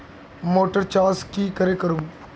Motor चास की करे करूम?